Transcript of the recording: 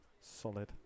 Solid